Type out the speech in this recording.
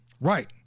Right